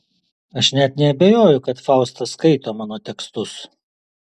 aš net neabejoju kad fausta skaito mano tekstus